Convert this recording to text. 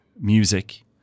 music